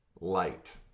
light